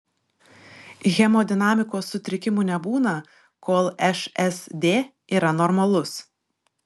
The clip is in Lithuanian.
hemodinamikos sutrikimų nebūna kol šsd yra normalus